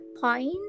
point